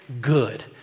good